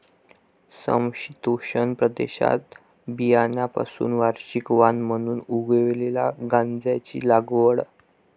समशीतोष्ण प्रदेशात बियाण्यांपासून वार्षिक वाण म्हणून उगवलेल्या गांजाची लागवड